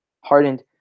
hardened